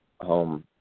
home